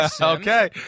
Okay